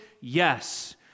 yes